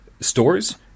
stores